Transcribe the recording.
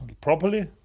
properly